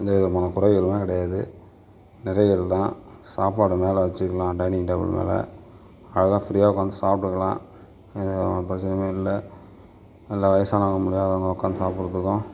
எந்த விதமான குறைகளுமே கிடையாது நிறைகள் தான் சாப்பாடு மேலே வச்சுக்கலாம் டைனிங் டேபிள் மேலே அழகாக ஃப்ரீயாக உக்கார்ந்து சாப்பிட்டுக்கலாம் எந்த விதமான பிரச்சனையுமே இல்லை நல்லா வயதானவங்க முடியாதவங்க உக்கார்ந்து சாப்பிட்றதுக்கும்